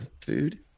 food